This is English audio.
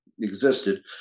existed